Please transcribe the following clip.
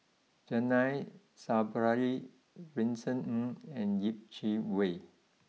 Zainal Sapari Vincent Ng and Yeh Chi Wei